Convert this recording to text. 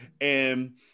And-